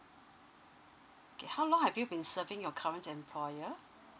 kay~ how long have you been serving your current employer